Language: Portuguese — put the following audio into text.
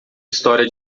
história